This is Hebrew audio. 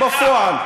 בפועל.